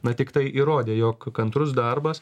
na tiktai įrodė jog kantrus darbas